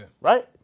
right